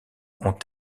ont